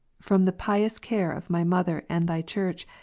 from the pious care of my mother and thy church,